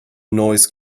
noise